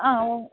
ആ ഓ